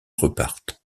repartent